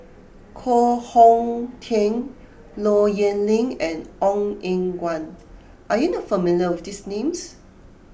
Koh Hong Teng Low Yen Ling and Ong Eng Guan are you not familiar with these names